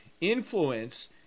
influence